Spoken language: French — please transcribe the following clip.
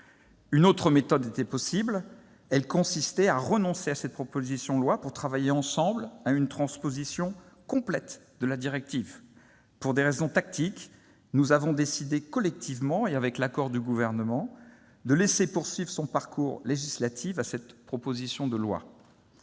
Une autre méthode était possible. Elle consistait à renoncer à cette proposition de loi pour travailler ensemble à une transposition complète de la directive. Pour des raisons tactiques, nous avons décidé collectivement, et avec l'accord du Gouvernement, de laisser poursuivre son parcours législatif à cette proposition de loi.